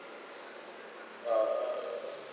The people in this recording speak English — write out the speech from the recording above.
ah